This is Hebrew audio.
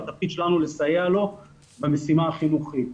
והתפקיד שלנו לסייע לו במשימה החינוכית.